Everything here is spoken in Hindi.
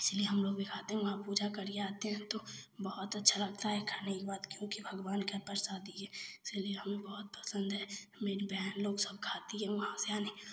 इसीलिए हम लोग भी खाते हैं वहाँ पूजा कर ही आते हैं तो बहुत अच्छा लगता है खाने के बाद क्योंकि भगवान का प्रसादी है इसीलिए हमें बहुत पसंद है मेरी बहन लोग सब खाती है वहाँ से आने